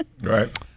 Right